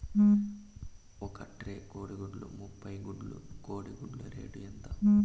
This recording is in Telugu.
ఒక ట్రే కోడిగుడ్లు ముప్పై గుడ్లు కోడి గుడ్ల రేటు ఎంత?